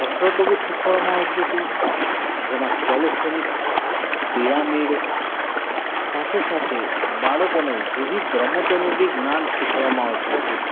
કસરતો બી શીખવાડવામાં આવતી હતી જેમાં કેલેસેનીક પિરામિડ સાથે સાથે બાળકોને વિવિધ રમતોનું બી જ્ઞાન શીખવાડવામાં આવતું હતું